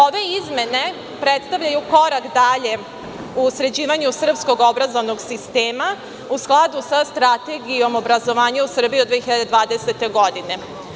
Ove izmene predstavljaju korak dalje u sređivanju srpskog obrazovnog sistema, u skladu sa Strategijom obrazovanja u Srbiji do 2020. godine.